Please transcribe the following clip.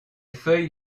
feuilles